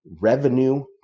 revenue